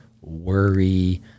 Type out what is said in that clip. worry